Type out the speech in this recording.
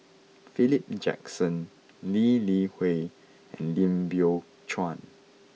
Philip Jackson Lee Li Hui and Lim Biow Chuan